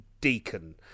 Deacon